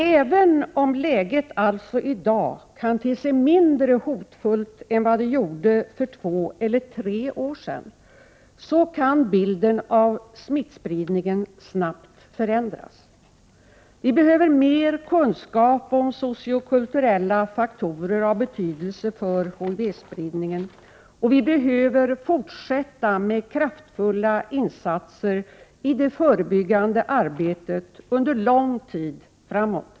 Även om läget alltså i dag kan te sig mindre hotfullt än vad det gjorde för två eller tre år sedan, så kan bilden av smittspridningen snabbt förändras. Vi behöver mer kunskap om sociokulturella faktorer av betydelse för HIV-spridningen, och vi behöver fortsätta med kraftfulla insatser i det förebyggande arbetet under lång tid framöver.